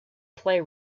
play